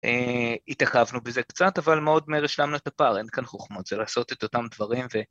התאכבנו בזה קצת, אבל מאוד מהר השלמנו את הפער, אין כאן חוכמות, זה לעשות את אותם דברים ו...